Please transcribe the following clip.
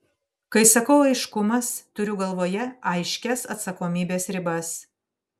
kai sakau aiškumas turiu galvoje aiškias atsakomybės ribas